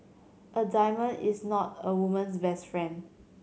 a diamond is not a woman's best friend